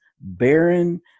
barren